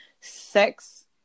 sex